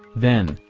then,